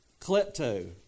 klepto